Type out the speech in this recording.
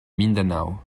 mindanao